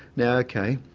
now ok,